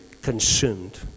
consumed